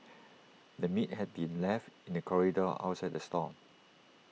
the meat had been left in the corridor outside the stall